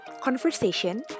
conversation